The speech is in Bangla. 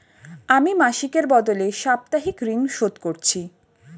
আমি মাসিকের বদলে সাপ্তাহিক ঋন শোধ করছি